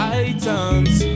items